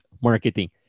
Marketing